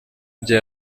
bye